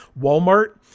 Walmart